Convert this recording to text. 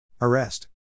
Arrest